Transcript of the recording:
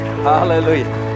Hallelujah